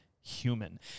human